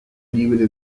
libre